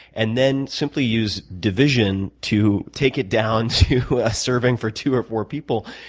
and then simply use division to take it down to a serving for two or four people.